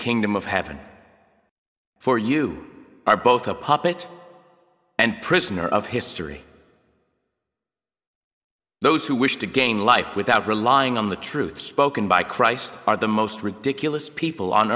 kingdom of heaven for you are both a puppet and prisoner of history those who wish to gain life without relying on the truth spoken by christ are the most ridiculous people on